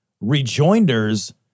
rejoinders